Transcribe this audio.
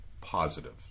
positive